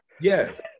Yes